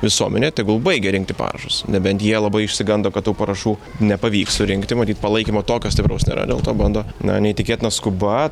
visuomenė tegul baigia rinkti parašus nebent jie labai išsigando kad tų parašų nepavyks surinkti matyt palaikymo tokio stipraus nėra dėl to bando na neįtikėtina skuba